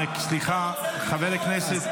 חבר הכנסת,